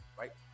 right